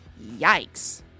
Yikes